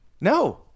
No